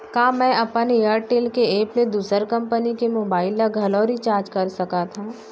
का मैं अपन एयरटेल के एप ले दूसर कंपनी के मोबाइल ला घलव रिचार्ज कर सकत हव?